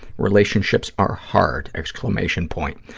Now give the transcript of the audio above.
relationship are hard, exclamation point.